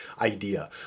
idea